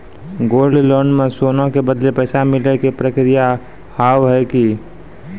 Gold loan मे सोना के बदले पैसा मिले के प्रक्रिया हाव है की?